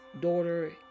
daughter